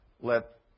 let